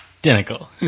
identical